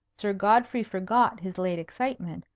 sir godfrey forgot his late excitement,